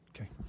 Okay